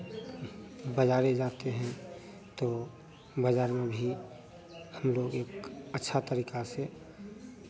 बाज़ारे जाते हैं तो बाज़ार में भी हम लोग एक अच्छा तरीका से